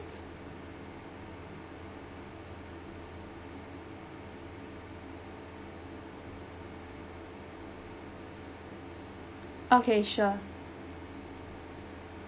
okay sure